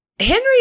Henry